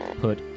put